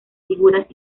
figuras